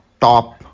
top